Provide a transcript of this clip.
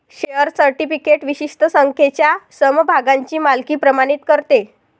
share certificate विशिष्ट संख्येच्या समभागांची मालकी प्रमाणित करते